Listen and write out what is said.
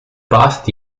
past